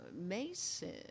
Mason